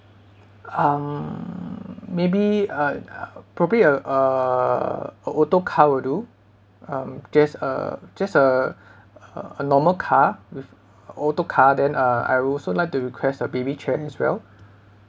um maybe a a probably a uh auto car will do um just uh just a uh a normal car with auto car then uh I'd also like to request a baby chair as well